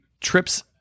trips